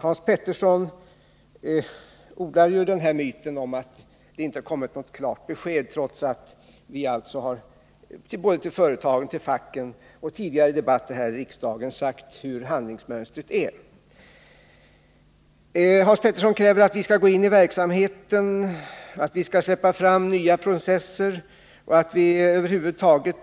Hans Petersson odlar ju myten om att det inte kommit något klart besked, trots att vi alltså till både företagen och facken och i tidigare debatter här i riksdagen sagt hur förhandlingsmönstret är. Hans Petersson kräver att vi skall gå in i verksamheten, att vi skall släppa fram nya processer och att vi över huvud taget